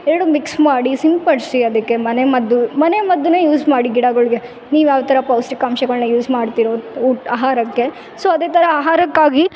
ಎರಡು ಮಿಕ್ಸ್ ಮಾಡಿ ಸಿಂಪಡಿಸಿ ಅದಕ್ಕೆ ಮನೆ ಮದ್ದು ಮನೆ ಮದ್ದನ್ನೆ ಯೂಸ್ ಮಾಡಿ ಗಿಡಗಳ್ಗೆ ನೀವು ಯಾವ್ತರ ಪೌಷ್ಠಿಕಾಂಶಗಳ್ನ ಯೂಸ್ ಮಾಡ್ತಿರೋ ಊಟ ಆಹಾರಕ್ಕೆ ಸೊ ಅದೇ ಥರ ಆಹಾರಕ್ಕಾಗಿ